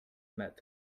mouth